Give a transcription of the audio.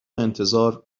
انتظار